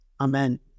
Amen